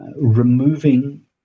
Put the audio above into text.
removing